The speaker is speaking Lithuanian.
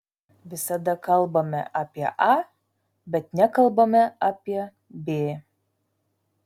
visada kalbame apie a bet nekalbame apie b